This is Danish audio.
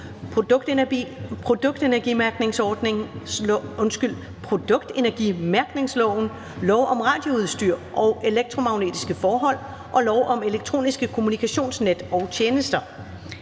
produktenergimærkningsloven, lov om radioudstyr og elektromagnetiske forhold og lov om elektroniske kommunikationsnet og -tjenester.